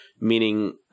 meaning